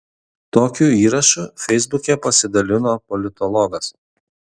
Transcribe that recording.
tokiu įrašu feisbuke pasidalino politologas